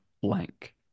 blank